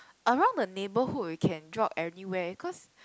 around the neighbourhood you can jog anywhere cause